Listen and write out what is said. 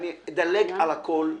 תדלג על הכול.